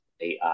AI